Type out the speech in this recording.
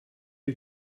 you